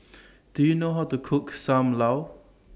Do YOU know How to Cook SAM Lau